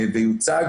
ויוצג.